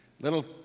little